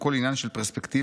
הכול עניין של פרספקטיבה',